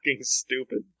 stupid